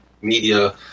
media